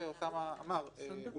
זה